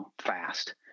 fast